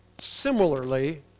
similarly